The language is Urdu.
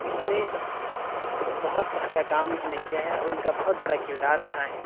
اِس میں بہت اچھا کام اُنہوں نے کیا ہے اُن کا بہت بڑا کردار رہا ہے